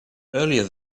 earlier